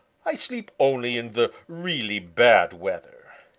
i sleep only in the really bad weather.